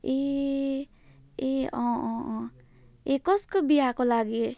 ए ए अँ अँ अँ ए कस्को बिहाको लागि